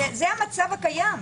זה המצב הקיים.